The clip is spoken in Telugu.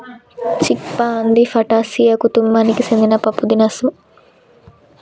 చిక్ పా అంది ఫాటాసియా కుతుంబానికి సెందిన పప్పుదినుసు